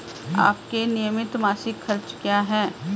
आपके नियमित मासिक खर्च क्या हैं?